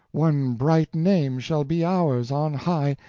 one bright name shall be ours on high,